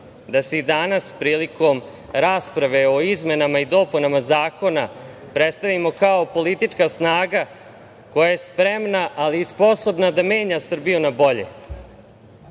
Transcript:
da se i danas prilikom rasprave o izmenama i dopunama zakona predstavimo kao politička snaga koja je spremna, ali i sposobna da menja Srbiju na bolje.